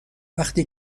وقتی